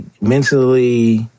mentally